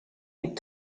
est